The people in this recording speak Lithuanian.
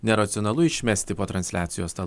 neracionalu išmesti po transliacijos tą